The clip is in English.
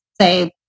say